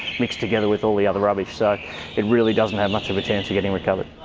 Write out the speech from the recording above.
mixed together with all the other rubbish, so it really doesn't have much of a chance of getting recovered.